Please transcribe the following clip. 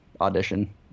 audition